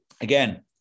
Again